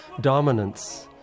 Dominance